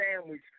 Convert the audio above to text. sandwich